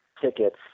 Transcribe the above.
tickets